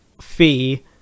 fee